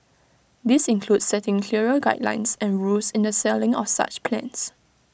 this includes setting clearer guidelines and rules in the selling of such plans